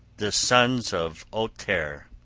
the sons of ohtere,